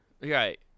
right